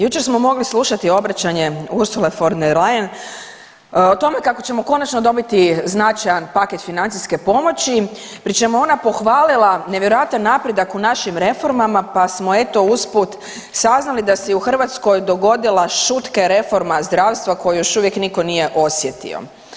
Jučer smo mogli slušati obraćanje Ursule von der Leyen o tome kako ćemo konačno dobiti značajan paket financijske pomoći pri čemu je ona pohvalila nevjerojatan napredak u našim reformama, pa smo eto usput saznali da se u Hrvatskoj dogodila šutke reforma zdravstva koju još uvijek nitko nije osjetio.